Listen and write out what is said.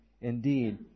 indeed